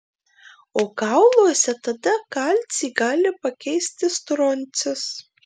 o kauluose tada kalcį gali pakeisti stroncis